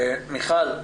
מיכל,